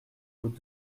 aux